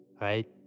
right